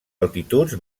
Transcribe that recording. altituds